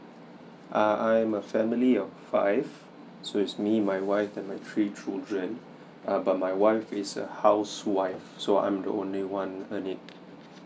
uh I'm a family of five so it's me my wife and my three children uh but my wife is a housewife so I'm the only one earning